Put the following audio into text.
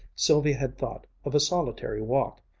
sylvia had thought of a solitary walk,